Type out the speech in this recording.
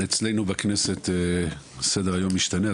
אצלנו בכנסת סדר-היום משתנה,